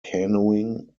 canoeing